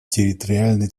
территориальной